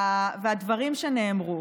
הדוברים והדברים שנאמרו,